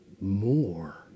more